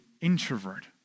introvert